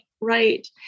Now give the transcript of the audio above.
Right